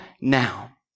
now